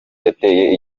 yateye